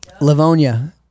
Livonia